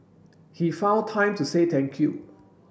he found time to say thank you